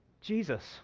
jesus